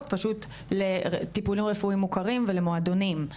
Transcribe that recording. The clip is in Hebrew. פשוט לטיפולים רפואיים מוכרים ולמועדונים,